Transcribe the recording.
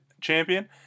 champion